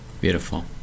Beautiful